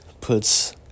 puts